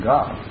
God